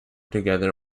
together